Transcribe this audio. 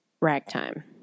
Ragtime